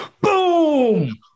Boom